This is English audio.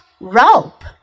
rope